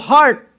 heart